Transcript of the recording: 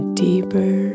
deeper